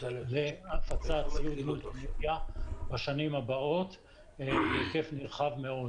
להפצת ציוד מולטימדיה בשנים הבאות בהיקף נרחב מאוד.